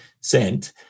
sent